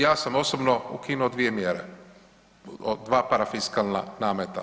Ja sam osobno ukinuo dvije mjere, dva parafiskalna nameta.